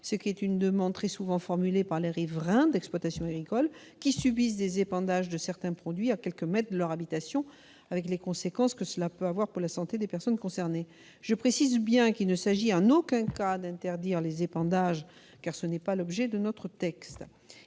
ce qui est une demande très souvent formulée par les riverains de ces exploitations qui subissent des épandages de certains produits à quelques mètres de leur habitation, avec les conséquences que cela peut avoir pour la santé des personnes concernées. Je précise qu'il ne s'agit en aucun cas d'interdire les épandages, car ce n'est pas l'objet de notre texte.